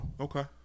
Okay